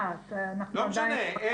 זאת אומרת על אותו שבוע,